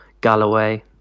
Galloway